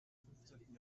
fünfzehnten